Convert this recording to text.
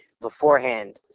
beforehand